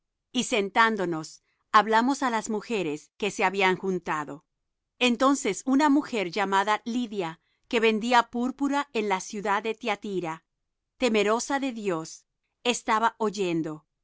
y sentándonos hablamos á las mujeres que se habían juntado entonces una mujer llamada lidia que vendía púrpura en la ciudad de tiatira temerosa de dios estaba oyendo el